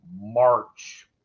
March